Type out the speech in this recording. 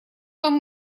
там